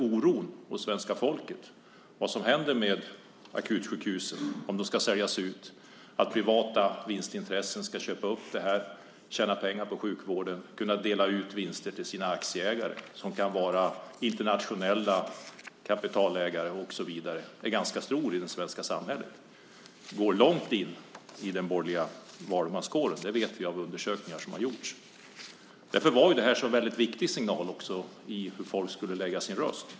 Oron för vad som händer med akutsjukhusen, om de ska säljas ut, om privata vinstintressen ska köpa upp dem, tjäna pengar på sjukvården och kunna dela ut vinster till sina aktieägare, som kan vara internationella kapitalägare och så vidare, är ganska stor i det svenska samhället. Den går långt in i den borgerliga valmanskåren. Det vet vi genom undersökningar som har gjorts. Därför var det här en viktig signal för hur folk skulle lägga sin röst.